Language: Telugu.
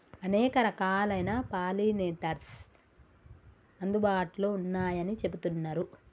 అనేక రకాలైన పాలినేటర్స్ అందుబాటులో ఉన్నయ్యని చెబుతున్నరు